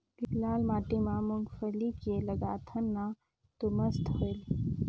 लाल माटी म मुंगफली के लगाथन न तो मस्त होयल?